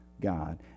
God